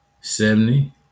seventy